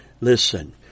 Listen